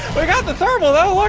break out the thermal though.